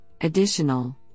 additional